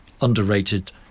underrated